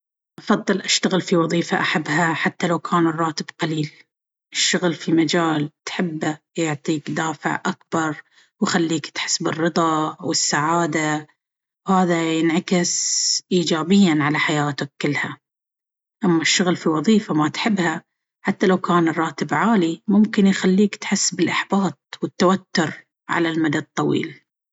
أفضل أشتغل في وظيفة أحبها حتى لو كان الراتب قليل. الشغل في مجال تحبه يعطيك دافع أكبر ويخليك تحس بالرضا والسعادة، وهذا ينعكس إيجابيًا على حياتك كلها. أما الشغل في وظيفة ما تحبها، حتى لو كان الراتب عالي، ممكن يخليك تحس بالإحباط والتوترعلى المدى الطويل.